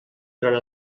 durant